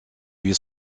huit